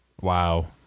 Wow